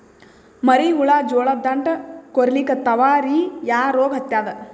ಮರಿ ಹುಳ ಜೋಳದ ದಂಟ ಕೊರಿಲಿಕತ್ತಾವ ರೀ ಯಾ ರೋಗ ಹತ್ಯಾದ?